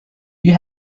you